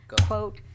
quote